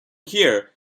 here